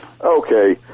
Okay